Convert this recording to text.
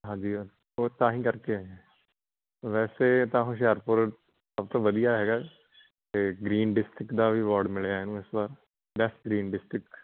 ਹਾਂਜੀ ਉਹ ਤਾਂ ਹੀ ਕਰਕੇ ਹੈ ਵੈਸੇ ਤਾਂ ਹੁਸ਼ਿਆਰਪੁਰ ਸਭ ਤੋਂ ਵਧੀਆ ਹੈਗਾ ਅਤੇ ਗਰੀਨ ਡਿਸਟਰਿਕ ਦਾ ਵੀ ਅਵਾਰਡ ਮਿਲਿਆ ਇਹਨੂੰ ਇਸ ਵਾਰ ਬੈਸਟ ਗ੍ਰੀਨ ਡਿਸਟਰਿਕ